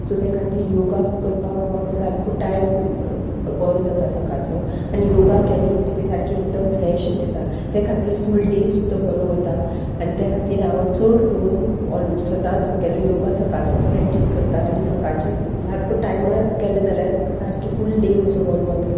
so त्या खातीर योगा करपाक म्हाका सारको टायम बरो जाता सकाळचो आनी योगा केले म्हणटगीर सारकी एकदम फ्रेश दिसता तें खातीर फूल डे सुद्दां बरो वता आनी त्या खातीर हांव चड करून ऑल सदांच म्हगेलो योगा सकाळचोच प्रॅक्टीस करता आनी सकाळचेच सारको टायमार केले जाल्यार म्हाका सारके फूल डे म्हजो बरो वता